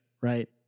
right